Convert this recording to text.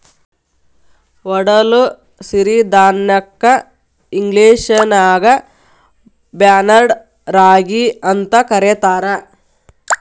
ಒಡಲು ಸಿರಿಧಾನ್ಯಕ್ಕ ಇಂಗ್ಲೇಷನ್ಯಾಗ ಬಾರ್ನ್ಯಾರ್ಡ್ ರಾಗಿ ಅಂತ ಕರೇತಾರ